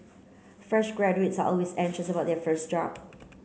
fresh graduates always anxious about their first job